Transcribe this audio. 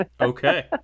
Okay